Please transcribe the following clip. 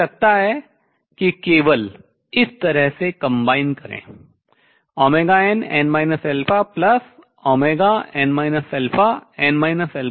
मुझे लगता है कि उन्हें केवल इस तरह से combine संयोजित करें nn n n